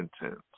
intense